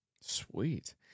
sweet